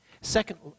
Second